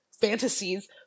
fantasies